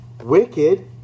wicked